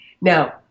Now